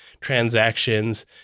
transactions